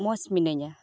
ᱢᱚᱸᱡᱽ ᱢᱤᱱᱟᱹᱧᱟ